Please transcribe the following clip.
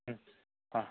ಹ್ಞೂ ಹಾಂ